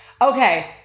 Okay